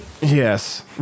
Yes